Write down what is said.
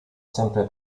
sempre